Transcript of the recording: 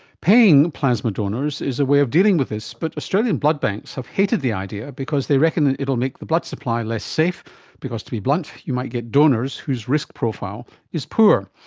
paying plasma donors is a way of dealing with this, but australian blood banks have hated the idea because they reckon that it will make the blood supply less safe because, to be blunt, you might get donors whose risk profile is poor.